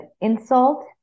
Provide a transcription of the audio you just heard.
insult